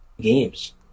games